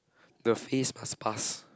the face must pass